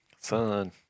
Son